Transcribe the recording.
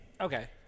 Okay